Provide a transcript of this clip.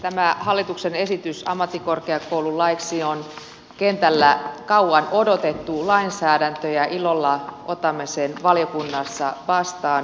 tämä hallituksen esitys ammattikorkeakoululaiksi on kentällä kauan odotettu lainsäädäntö ja ilolla otamme sen valiokunnassa vastaan